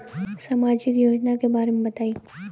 सामाजिक योजना के बारे में बताईं?